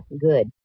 Good